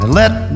let